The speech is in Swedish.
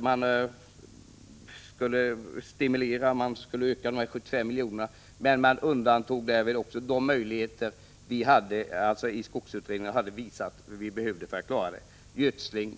Man skulle stimulera till en ökning av uttaget till 75 miljoner, men undantog därvid vissa möjligheter vad gällde gödsling, dikning och annat, som vi i skogsutredningen hade visat att man skulle behöva för att klara uppgiften.